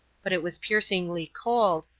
but it was piercingly cold,